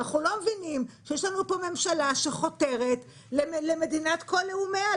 אנחנו לא מבינים שיש לנו פה ממשלה שחותרת למדינת כל לאומיה,